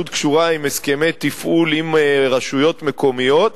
קשורה בהסכמי תפעול עם רשויות מקומיות,